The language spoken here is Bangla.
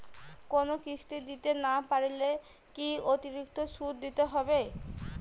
কোনো কিস্তি দিতে না পারলে কি অতিরিক্ত সুদ দিতে হবে?